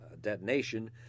detonation